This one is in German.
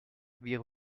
wie